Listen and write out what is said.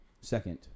Second